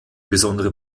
besondere